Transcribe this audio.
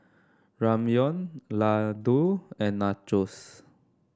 Ramyeon Ladoo and Nachos